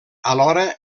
alhora